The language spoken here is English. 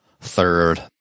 third